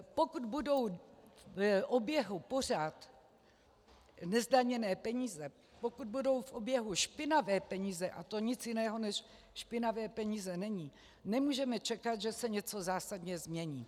Pokud budou v oběhu pořád nezdaněné peníze, pokud budou v oběhu špinavé peníze, a to nic jiného než špinavé peníze není, nemůžeme čekat, že se něco zásadně změní.